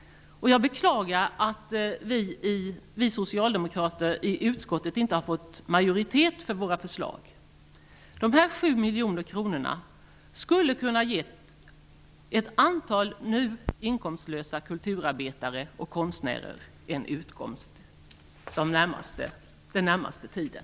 Jag beklagar att vi socialdemokrater inte har fått majoriteten för våra förslag i utskottet. De 7 miljoner kronorna skulle kunna ge ett antal nu inkomstlösa kulturarbetare och konstnärer en utkomst den närmaste tiden.